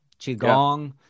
Qigong